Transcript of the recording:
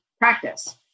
practice